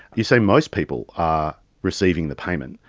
you'd say most people are receiving the payment,